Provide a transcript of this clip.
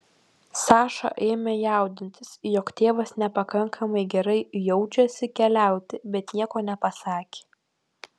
saša ėmė jaudintis jog tėvas nepakankamai gerai jaučiasi keliauti bet nieko nepasakė